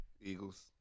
Eagles